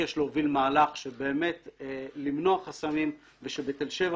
מבקש להוביל מהלך שיבוא למנוע חסמים ושבתל שבע